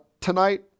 tonight